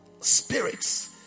spirits